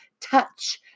touch